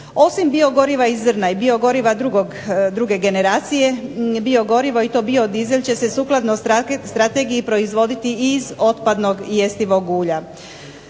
Osim biogoriva iz zrna i biogoriva druge generacije, biogorivo i to biodizel će se sukladno strategiji proizvoditi i iz otpadnog jestivog ulja.